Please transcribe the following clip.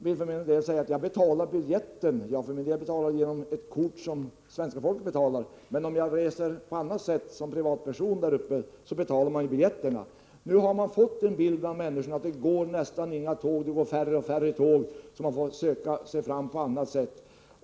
Resenärerna betalar genom sina biljetter — för min del sker det genom ett kort som svenska folket betalar, medan den som reser privat själv betalar sin biljett. Den bild människorna nu har visar att det nästan inte går några tåg. Det går färre och färre tåg. Man får söka sig fram på annat sätt.